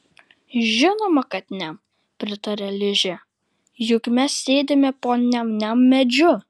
žinoma kad niam pritaria ližė juk mes sėdime po niam niam medžiu